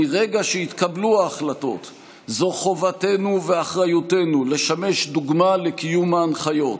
מרגע שהתקבלו ההחלטות זו חובתנו ואחריותנו לשמש דוגמה לקיום ההנחיות,